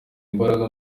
imbaraga